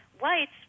whites